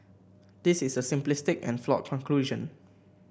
this is a simplistic and flawed conclusion